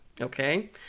Okay